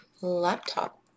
laptop